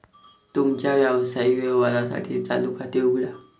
तुमच्या व्यावसायिक व्यवहारांसाठी चालू खाते उघडा